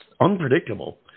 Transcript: unpredictable